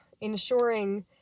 ensuring